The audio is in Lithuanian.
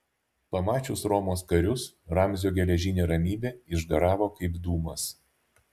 pamačius romos karius ramzio geležinė ramybė išgaravo kaip dūmas